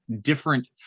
different